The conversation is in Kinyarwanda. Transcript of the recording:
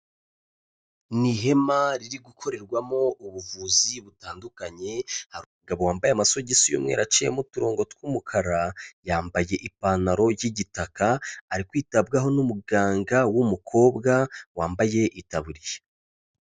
Ni ihema riri gukorerwamowo ubuvuzi butandukanye, hari umugabo wambaye amasogisi y'umweru aciyemo uturongo tw'umukara, yambaye ipantaro y'igitaka, ari kwitabwaho n'umuganga w'umukobwa, wambaye itaburiya.